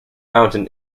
fountain